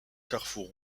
carrefour